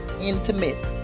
intimate